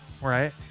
right